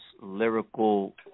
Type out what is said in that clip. lyrical